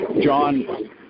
John